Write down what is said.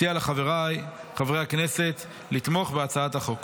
אציע לחבריי חברי הכנסת לתמוך בהצעת החוק.